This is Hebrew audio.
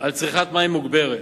על צריכת מים מוגברת.